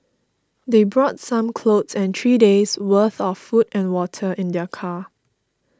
they brought some clothes and three days' worth of food and water in their car